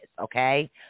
okay